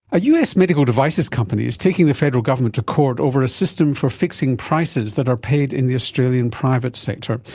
a us medical devices company is taking the federal government to court over a system for fixing prices that are paid in the australian private sector,